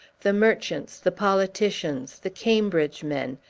the merchants the politicians, the cambridge men,